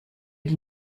die